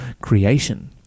creation